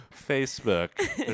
facebook